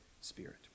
Spirit